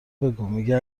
بگو، میگه